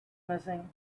missing